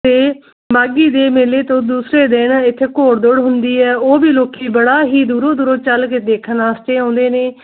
ਤੇ ਮਾਘੀ ਦੇ ਮੇਲੇ ਤੋਂ ਦੂਸਰੇ ਦਿਨ ਇੱਥੇ ਘੋੜ ਦੌੜ ਹੁੰਦੀ ਹੈ ਉਹ ਵੀ ਲੋਕੀ ਬੜਾ ਹੀ ਦੂਰੋਂ ਦੂਰੋਂ ਚੱਲ ਕੇ ਦੇਖਣ ਵਾਸਤੇ ਆਉਂਦੇ ਨੇ